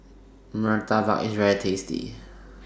Murtabak IS very tasty